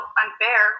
unfair